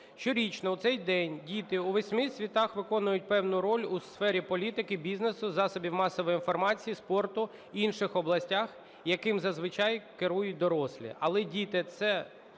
Щорічно у цей день діти у восьми світах виконують певну роль у сфері політики, бізнесу, засобів масової інформації, спорту, інших областях, якими зазвичай керують дорослі. Але діти –